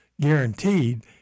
guaranteed